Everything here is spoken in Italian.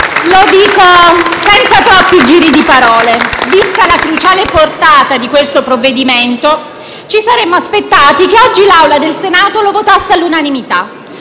Lo dico senza troppi giri di parole. Vista la cruciale portata di questo provvedimento, ci saremmo aspettati che oggi l'Assemblea del Senato lo votasse all'unanimità,